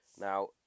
now